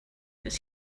was